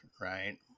right